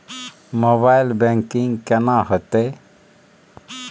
Mobile banking केना हेते?